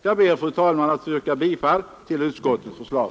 Jag ber, fru talman, att få yrka bifall till utskottets förslag.